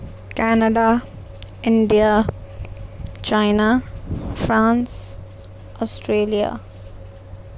Canada India China France Australia